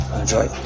Enjoy